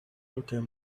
looking